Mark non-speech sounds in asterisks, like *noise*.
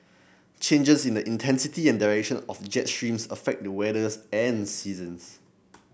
changes in the intensity and direction of jet streams affect the weather *unintelligible* and seasons